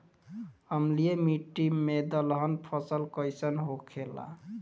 अम्लीय मिट्टी मे दलहन फसल कइसन होखेला?